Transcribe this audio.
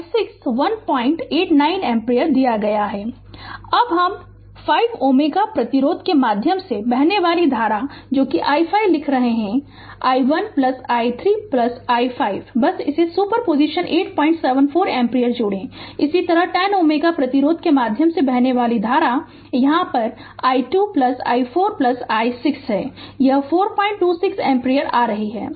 Refer Slide Time 2719 अब हम 5 Ω प्रतिरोध के माध्यम से बहने वाली धारा जो कि i5 लिख रहे है i1i3i5 बस इसे सुपर पोजीशन 874 एम्पीयर जोड़ें इसी तरह 10 Ω प्रतिरोध के माध्यम से बहने वाली धारा यहां i2 i4i6 है यह 426 एम्पीयर आ रही है